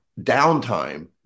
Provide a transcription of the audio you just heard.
downtime